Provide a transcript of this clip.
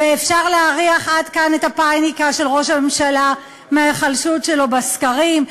ואפשר להריח עד כאן את הפניקה של ראש הממשלה מההיחלשות שלו בסקרים.